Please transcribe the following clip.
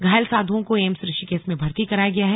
घायल साध्ओं को एम्स ऋषिकेश में भर्ती कराया गया है